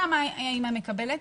כמה האימא מקבלת?